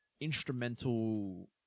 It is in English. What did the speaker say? instrumental